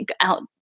out